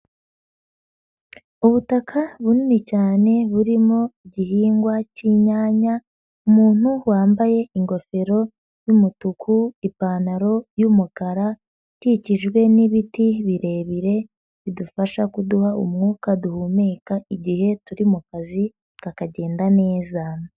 Ubutaka bunini cyane burimo igihingwa cy'inyanya. Umuntu wambaye ingofero y'umutuku, ipantaro y'umukara, ukikijwe n'ibiti birebire bidufasha kuduha umwuka duhumeka igihe turi mu kazi kakagenda neza.